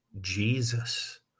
Jesus